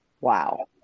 wow